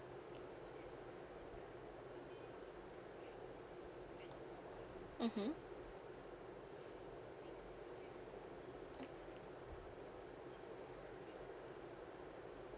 mmhmm